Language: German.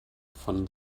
von